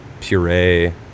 puree